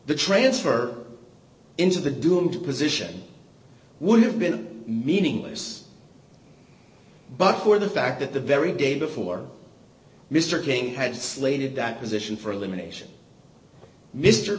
the transfer into the doomed position would have been meaningless but for the fact that the very day before mr king had slated that position for elimination mr